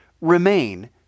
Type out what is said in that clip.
remain